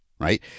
right